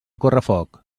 correfoc